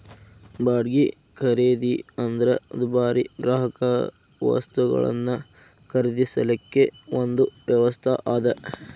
ಬಾಡ್ಗಿ ಖರೇದಿ ಅಂದ್ರ ದುಬಾರಿ ಗ್ರಾಹಕವಸ್ತುಗಳನ್ನ ಖರೇದಿಸಲಿಕ್ಕೆ ಒಂದು ವ್ಯವಸ್ಥಾ ಅದ